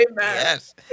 Yes